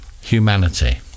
humanity